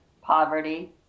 poverty